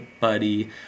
buddy